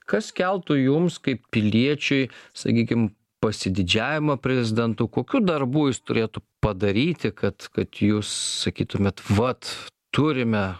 kas keltų jums kaip piliečiui sakykim pasididžiavimą prezidentu kokių darbų jis turėtų padaryti kad kad jūs sakytumėt vat turime